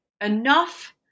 enough